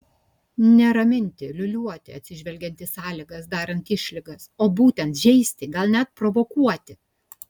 ne raminti liūliuoti atsižvelgiant į sąlygas darant išlygas o būtent žeisti gal net provokuoti